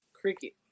cricket